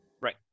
Right